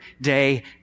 day